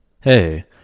Hey